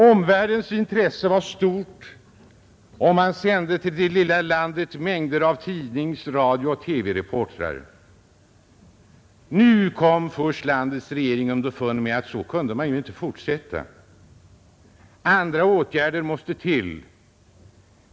Omvärldens intresse var stort, och man sände till det lilla landet mängder av tidnings-, radiooch TV-reportrar. Först nu kom landets regering underfund med att så kunde det ju inte fortsätta. Andra åtgärder måste till.